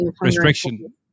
restriction